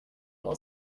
will